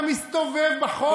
מה, אתה מסתובב בחוף?